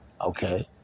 okay